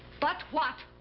but what?